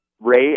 Ray